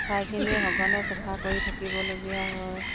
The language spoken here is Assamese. ঠাইখিনি সঘনে চাফা কৰি থাকিবলগীয়া হয়